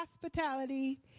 hospitality